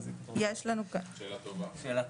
שאלה טובה.